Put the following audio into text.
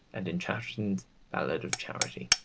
and in chatterton's ballad of charity.